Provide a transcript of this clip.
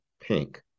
pink